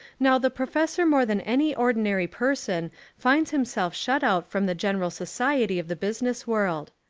now the professor more than any ordinary person finds himself shut out from the general society of the business world.